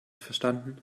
verstanden